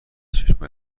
چشمای